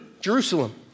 Jerusalem